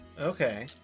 Okay